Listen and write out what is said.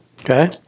okay